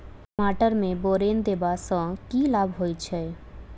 टमाटर मे बोरन देबा सँ की लाभ होइ छैय?